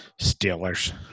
Steelers